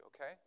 okay